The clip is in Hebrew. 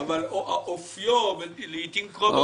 אבל אופיו לעיתים קרובות